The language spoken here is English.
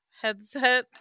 headset